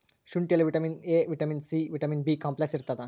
ಶುಂಠಿಯಲ್ಲಿ vitamin A vitamin C vitamin B complex ಇರ್ತಾದ